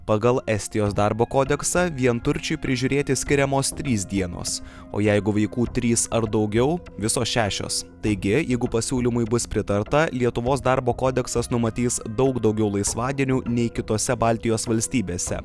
pagal estijos darbo kodeksą vienturčiui prižiūrėti skiriamos trys dienos o jeigu vaikų trys ar daugiau visos šešios taigi jeigu pasiūlymui bus pritarta lietuvos darbo kodeksas numatys daug daugiau laisvadienių nei kitose baltijos valstybėse